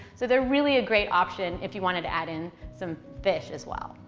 so they're really a great option if you wanted to add in some fish as well.